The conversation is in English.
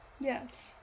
Yes